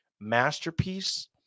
masterpiece